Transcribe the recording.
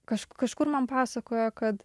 kaž kažkur man pasakojo kad